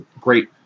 great